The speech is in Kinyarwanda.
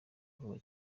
vuba